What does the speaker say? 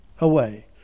away